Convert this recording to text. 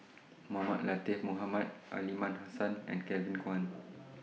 Mohamed Latiff Mohamed Aliman Hassan and Kevin Kwan